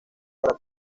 para